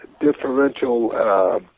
differential